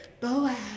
Boaz